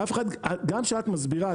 גם כשאת מסבירה,